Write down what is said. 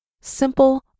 simple